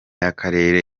y’akarere